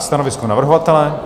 Stanovisko navrhovatele?